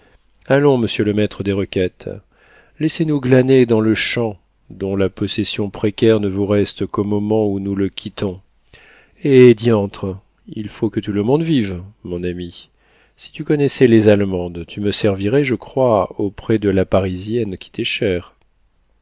allons monsieur le maître des requêtes laissez-nous glaner dans le champ dont la possession précaire ne vous reste qu'au moment où nous le quittons hé diantre il faut que tout le monde vive mon ami si tu connaissais les allemandes tu me servirais je crois auprès de la parisienne qui t'est chère